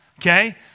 Okay